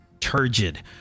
turgid